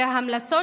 וההמלצות,